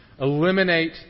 eliminate